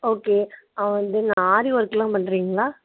okay and then aari work எல்லாம் பண்றீங்களா